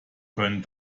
können